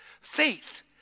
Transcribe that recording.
Faith